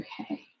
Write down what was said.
okay